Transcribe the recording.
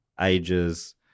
ages